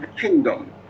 kingdom